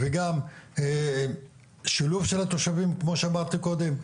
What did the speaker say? גם שילוב של התושבים כמו שאמרתי קודם,